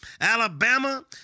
Alabama